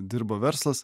dirba verslas